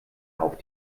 auf